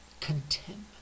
contentment